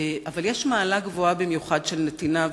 אבל יש מעלה גבוהה במיוחד של נתינה,